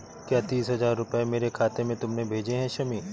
क्या तीस हजार रूपए मेरे खाते में तुमने भेजे है शमी?